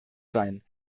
sein